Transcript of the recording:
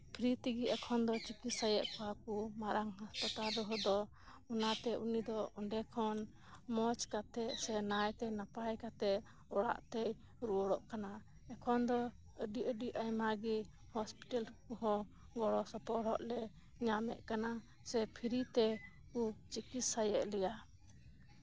free ᱛᱮᱜᱮ ᱮᱠᱷᱚᱱ ᱫᱚ ᱪᱤᱠᱤᱛᱥᱟ ᱠᱚᱦᱚᱸ ᱢᱟᱨᱟᱝ ᱦᱟᱥᱯᱟᱛᱟᱞ ᱨᱮᱫᱚ ᱚᱱᱟᱛᱮ ᱩᱱᱤᱫᱚ ᱚᱱᱰᱮ ᱠᱷᱚᱱ ᱢᱚᱸᱡᱽ ᱠᱟᱛᱮᱫ ᱥᱮ ᱱᱟᱭᱛᱮ ᱱᱟᱯᱟᱭ ᱠᱟᱛᱮᱫ ᱚᱲᱟᱜ ᱛᱮᱭ ᱨᱩᱣᱟᱹᱲᱚᱜ ᱠᱟᱱᱟ ᱮᱠᱷᱚᱱ ᱫᱚ ᱟᱹᱰᱤ ᱟᱹᱰᱤ ᱟᱭᱢᱟ ᱜᱮ ᱦᱟᱥᱛᱟᱯᱟᱛ ᱠᱚᱦᱚᱸ ᱜᱚᱲᱚ ᱥᱚᱯᱚᱦᱚᱫ ᱞᱮ ᱧᱟᱢ ᱮᱫ ᱠᱟᱱᱟ ᱥᱮ ᱯᱷᱨᱤ ᱛᱮᱠᱚ ᱪᱤᱠᱤᱛᱥᱟᱭᱮᱫ ᱞᱮᱭᱟ